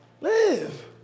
Live